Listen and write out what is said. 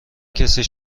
کسی